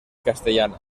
castellana